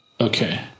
Okay